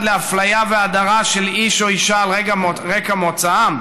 לאפליה והדרה של איש או אישה על רקע מוצאם?"